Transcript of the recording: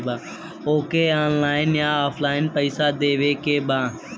हमके ऑनलाइन या ऑफलाइन पैसा देवे के बा?